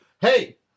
Hey